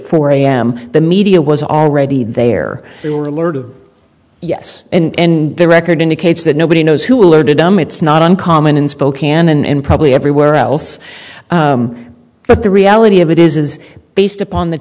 four am the media was already there they were alerted yes and the record indicates that nobody knows who alerted um it's not uncommon in spokane and probably everywhere else but the reality of it is is based upon the